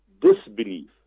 disbelief